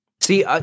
See